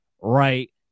right